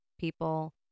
people